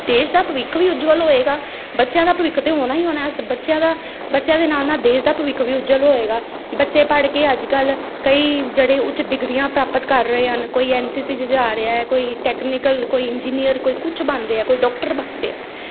ਦੇਸ਼ ਦਾ ਭਵਿੱਖ ਵੀ ਉਜਵਲ ਹੋਏਗਾ ਬੱਚਿਆਂ ਦਾ ਭਵਿੱਖ ਤਾਂ ਹੋਣਾ ਹੀ ਹੋਣਾ ਇਸ ਬੱਚਿਆਂ ਦਾ ਬੱਚਿਆਂ ਦੇ ਨਾਲ ਨਾਲ ਦੇਸ਼ ਦਾ ਭਵਿੱਖ ਵੀ ਉਜਵਲ ਹੋਏਗਾ ਬੱਚੇ ਪੜ੍ਹ ਕੇ ਅੱਜ ਕੱਲ੍ਹ ਕਈ ਜਿਹੜੇ ਉੱਚ ਡਿਗਰੀਆਂ ਪ੍ਰਾਪਤ ਕਰ ਰਹੇ ਹਨ ਕੋਈ ਐੱਨ ਸੀ ਸੀ 'ਚ ਜਾ ਰਿਹਾ ਕੋਈ ਟੈਕਨੀਕਲ ਕੋਈ ਇੰਜੀਨੀਅਰ ਕੋਈ ਕੁਛ ਬਣ ਰਿਹਾ ਕੋਈ ਡੋਕਟਰ ਬਣ ਰਿਹਾ